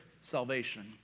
salvation